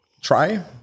try